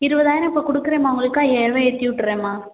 இருபதாயிரம் இப்போ கொடுக்குறேன்மா உங்களுக்கு ஐயாயிரரூபா ஏற்றி விட்டுறேன்மா